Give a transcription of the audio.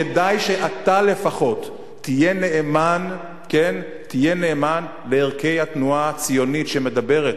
כדאי שאתה לפחות תהיה נאמן לערכי התנועה הציונית שמדברת,